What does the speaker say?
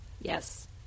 yes